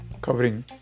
covering